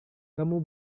kamu